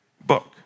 book